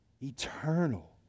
Eternal